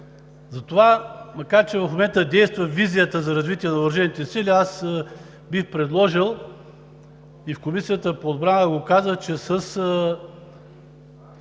центрове. Макар че в момента действа визията за развитие на въоръжените сили, аз бих предложил – и в Комисията по отбрана казах, че със